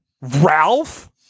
Ralph